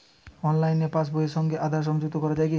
অনলাইনে পাশ বইয়ের সঙ্গে আধার সংযুক্তি করা যায় কি?